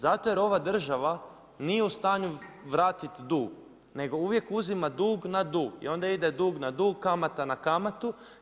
Zato jer ova država nije u stanju vratiti dug, nego uvijek uzima dug na dug i onda ide dug na dug, kamata na kamatu.